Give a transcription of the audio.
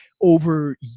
over